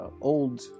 old